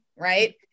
right